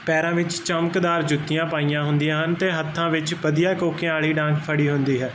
ਪੈਰਾਂ ਵਿੱਚ ਚਮਕਦਾਰ ਜੁੱਤੀਆਂ ਪਾਈਆਂ ਹੁੰਦੀਆਂ ਹਨ ਤੇ ਹੱਥਾਂ ਵਿੱਚ ਵਧੀਆ ਕੋਕਿਆਂ ਵਾਲੀ ਡਾਂਗ ਫੜੀ ਹੁੰਦੀ ਹੈ